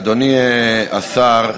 אדוני השר,